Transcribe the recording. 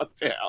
down